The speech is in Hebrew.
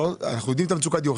אנחנו יודעים את מצוקת הדיור.